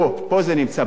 פה זה נמצא,